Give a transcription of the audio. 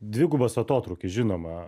dvigubas atotrūkis žinoma